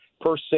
percent